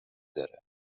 داره